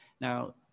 Now